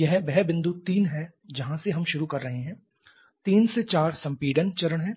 यह वह बिंदु 3 है जहां से हम शुरू कर रहे हैं 3 से 4 संपीड़न चरण है